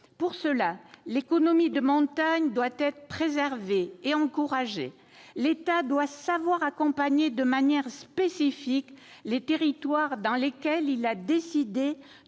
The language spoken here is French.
Pour cela l'économie de montagne doit être préservée et encouragée. L'État doit savoir accompagner de manière spécifique les territoires dans lesquels il a décidé de